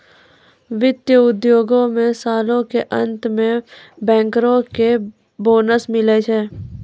वित्त उद्योगो मे सालो के अंत मे बैंकरो के बोनस मिलै छै